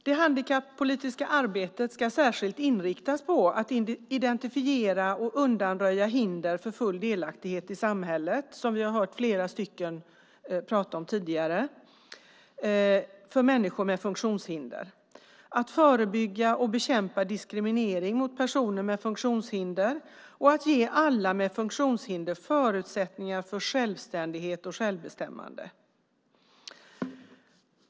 Det handikappolitiska arbetet ska särskilt inriktas mot att identifiera och undanröja hinder för full delaktighet i samhället, som vi har hört flera personer här prata om, för människor med funktionshinder, att förebygga och bekämpa diskriminering av personer med funktionshinder och att ge alla med funktionshinder förutsättningar för självständighet och självbestämmande.